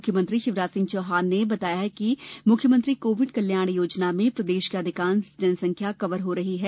मुख्यमंत्री शिवराज सिंह चौहान ने बताया कि मुख्यमंत्री कोविड कल्याण योजना में प्रदेश की अधिकांश जनसंख्या कवर हो रही है